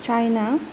China